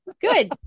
good